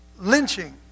lynching